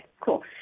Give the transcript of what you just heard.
cool